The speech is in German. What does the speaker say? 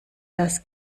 das